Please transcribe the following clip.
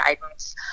guidance